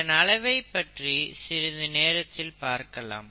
இதன் அளவை பற்றி சிறுது நேரத்தில் பார்க்கலாம்